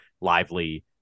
Lively